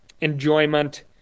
enjoyment